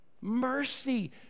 Mercy